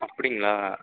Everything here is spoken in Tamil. அப்படிங்களா